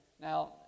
now